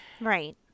Right